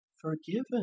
forgiven